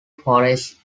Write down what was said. forest